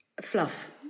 fluff